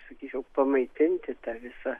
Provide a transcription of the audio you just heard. sakyčiau pamaitinti tą visą